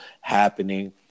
happening